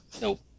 Nope